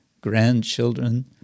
grandchildren